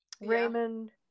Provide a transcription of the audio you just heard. Raymond